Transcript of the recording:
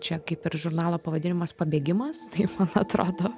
čia kaip ir žurnalo pavadinimas pabėgimas taip atrodo